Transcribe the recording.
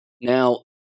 Now